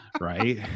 right